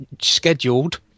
scheduled